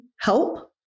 help